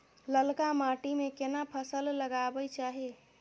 ललका माटी में केना फसल लगाबै चाही?